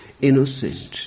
innocent